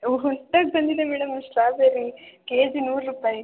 ಹ್ಞೂ ಹೊಸ್ದಾಗಿ ಬಂದಿದೆ ಮೇಡಮ್ ಸ್ಟ್ರಾಬೆರಿ ಕೆಜಿ ನೂರು ರೂಪಾಯಿ